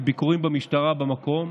של ביקורים של המשטרה במקום.